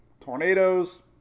Tornadoes